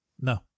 No